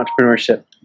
entrepreneurship